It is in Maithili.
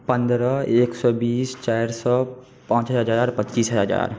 पन्द्रह एक सए बीस चारि सए पाँच हजार पच्चीस हजार